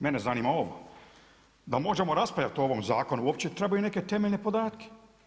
Mene zanima ovo, da možemo raspravljati o ovom zakonu uopće trebaju neke temeljne podatke.